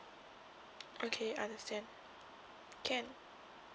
okay understand can